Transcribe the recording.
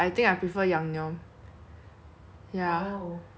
I don't like the original cause like 我觉得很干 leh